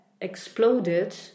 exploded